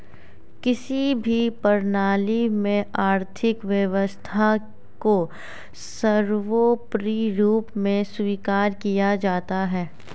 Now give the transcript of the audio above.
किसी भी प्रणाली में आर्थिक व्यवस्था को सर्वोपरी रूप में स्वीकार किया जाता है